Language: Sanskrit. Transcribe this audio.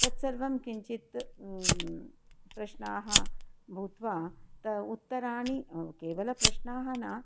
तत्सर्वं किञ्चित् प्रश्नाः भूत्वा त उत्तराणि केवलं प्रश्नाः न